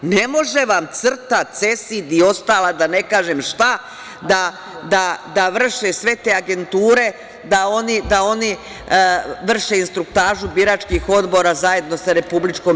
Ne može vam CRTA, CESID i ostala, da ne kažem šta, da vrše sve te agenture, da oni vrše instruktažu biračkih odbora zajedno sa RIK.